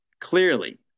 clearly